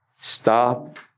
Stop